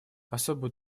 особую